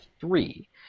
three